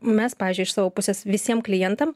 mes pavyzdžiui iš savo pusės visiem klientam